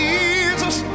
Jesus